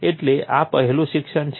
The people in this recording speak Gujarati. એટલે આ પહેલું શિક્ષણ છે